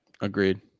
Agreed